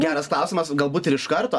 geras klausimas galbūt ir iš karto